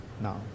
now